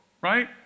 right